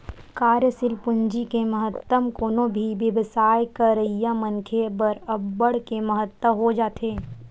कार्यसील पूंजी के महत्तम कोनो भी बेवसाय करइया मनखे बर अब्बड़ के महत्ता हो जाथे